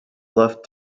left